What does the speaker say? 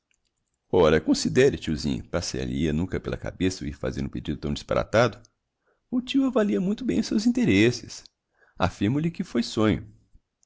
ora considére tiozinho passar lhe ia nunca pela cabeça o ir fazer um pedido tão disparatado o tio avalia muito bem os seus interesses affirmo lhe que foi sonho